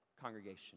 congregation